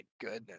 goodness